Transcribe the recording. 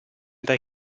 dai